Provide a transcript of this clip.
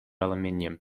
aluminium